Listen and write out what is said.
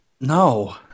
No